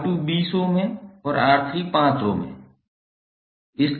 R2 20 ohm है और R3 5 ohm है